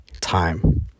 time